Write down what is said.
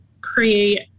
create